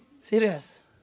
Serious